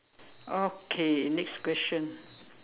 okay next question